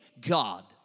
God